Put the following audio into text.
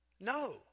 No